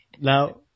Now